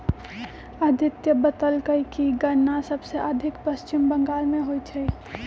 अदित्य बतलकई कि गन्ना सबसे अधिक पश्चिम बंगाल में होई छई